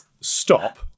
stop